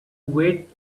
wait